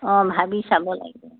অঁ ভাবি চাব লাগিব